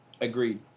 agreed